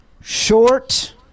Short